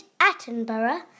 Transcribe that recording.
Attenborough